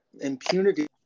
impunity